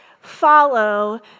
follow